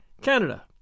Canada